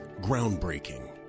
Groundbreaking